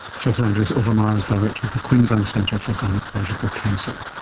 professor andreas obermair is director of the queensland centre for gynaecological cancer.